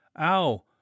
Ow